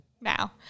now